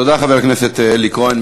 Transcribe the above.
תודה, חבר הכנסת אלי כהן.